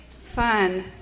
fun